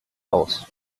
aus